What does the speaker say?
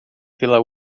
pela